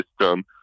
system